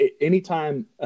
Anytime